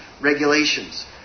regulations